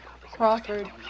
Crawford